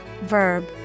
verb